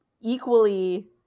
equally